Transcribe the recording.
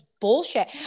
bullshit